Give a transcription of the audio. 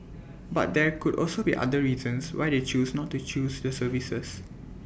but there could also be other reasons why they choose not to choose the services